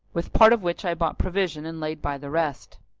with part of which i bought provision and laid by the rest.